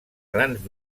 grans